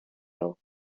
row